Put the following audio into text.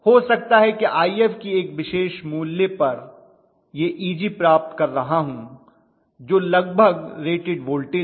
हो सकता है कि If की एक विशेष मूल्य पर यह Eg प्राप्त कर रहा हूं जो लगभग रेटेड वोल्टेज है